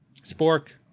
Spork